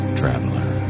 traveler